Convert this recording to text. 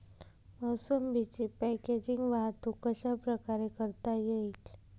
मोसंबीची पॅकेजिंग वाहतूक कशाप्रकारे करता येईल?